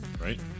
Right